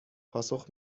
پاسخ